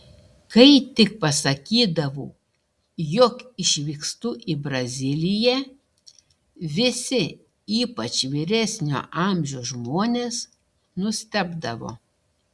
kai tik pasakydavau jog išvykstu į braziliją visi ypač vyresnio amžiaus žmonės nustebdavo